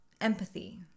empathy